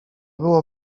było